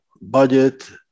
budget